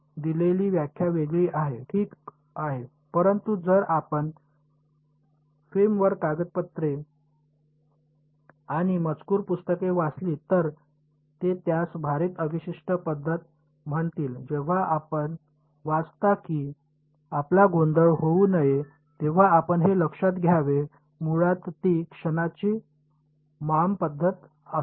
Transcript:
दिलेली व्याख्या वेगळी आहे ठीक आहे परंतु जर आपण फेमवर कागदपत्रे आणि मजकूर पुस्तके वाचली तर ते त्यास भारित अवशिष्ट पद्धत म्हणतील जेव्हा आपण वाचता की आपला गोंधळ होऊ नये तेव्हा आपण हे लक्षात घ्यावे मुळात ती क्षणांची मॉम पद्धत असते